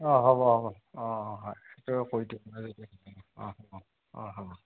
অঁ হ'ব হ'ব অঁ অঁ হয় সেইটো কৰি দিম অঁ হ'ব অঁ হ'ব